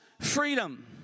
freedom